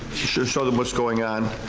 show them what's going on.